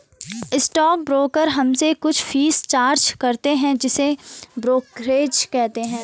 stock broker हमसे कुछ fees charge करते हैं जिसे ब्रोकरेज कहते हैं